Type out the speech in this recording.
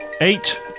eight